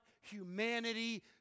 humanity